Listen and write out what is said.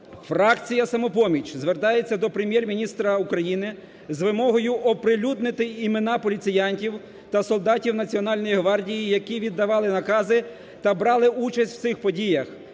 Фракція "Самопоміч" звертається до Прем'єр-міністра України з вимогою оприлюднити імена поліціянтів та солдатів Національної гвардії, які віддавали накази та брали участь у цих подіях,